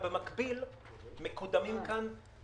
בסופו של דבר הוא מסכים איתנו.